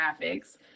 graphics